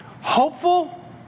hopeful